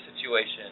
situation